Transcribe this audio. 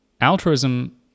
Altruism